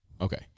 Okay